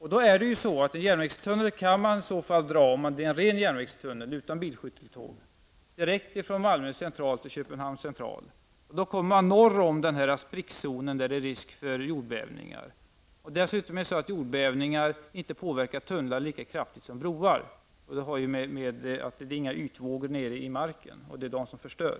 En ren järnvägstunnel, utan bilskytteltåg, kan man dra direkt från Malmö Central till Köpenhamns Central. Då kommer man norr om sprickzonen där det är risk för jordbävningar. Jordbävningar påverkar dessutom inte tunnlar lika kraftigt som broar. Det blir inga ytvågor nere i marken -- och det är de som förstör.